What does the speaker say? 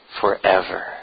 forever